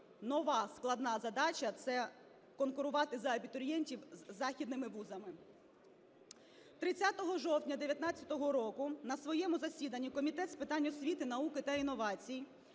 нова, складна задача – це конкурувати за абітурієнтів з західними вузами. 30 жовтня 19-го року на своєму засіданні Комітет з питань освіти, науки та інновацій